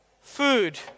food